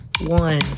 one